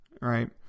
right